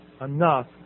enough